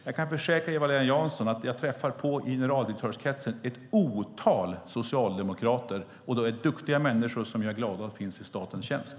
Jag kan försäkra Eva-Lena Jansson att jag i generaldirektörskretsen träffar på ett otal socialdemokrater - duktiga människor som jag är glad finns i statens tjänst.